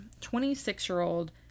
26-year-old